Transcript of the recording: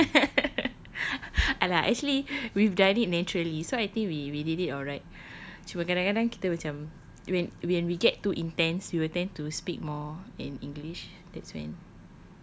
!alah! actually we've done it naturally so I think we we did it alright cuma kadang-kadang kita macam when when we get too intense we tend to speak more in english that's when